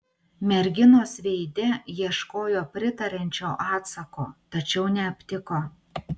merginos veide ieškojo pritariančio atsako tačiau neaptiko